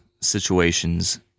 situations